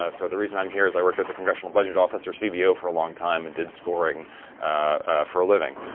ah so the reason i'm here is i worked at the congressional budget office, or cbo for a long time, and did scoring for a living.